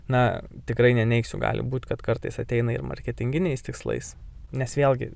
na tikrai neneigsiu gali būt kad kartais ateina ir marketinginiais tikslais nes vėlgi